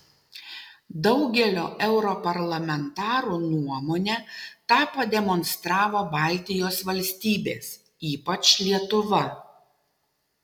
daugelio europarlamentarų nuomone tą pademonstravo baltijos valstybės ypač lietuva